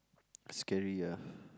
scary ah